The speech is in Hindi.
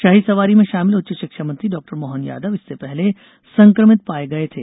शाही सवारी में शामिल उच्च शिक्षा मंत्री डॉक्टर मोहन यादव इससे पहले संक्रमित पाये गये थे